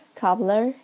cobbler